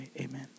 Amen